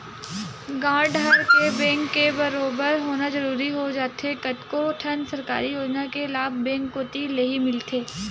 गॉंव डहर के बेंक के बरोबर होना जरूरी हो जाथे कतको ठन सरकारी योजना के लाभ बेंक कोती लेही मिलथे